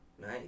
Nice